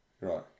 right